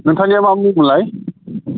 नोंथांनिया मा मुं मोनलाय